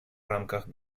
рамках